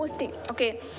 okay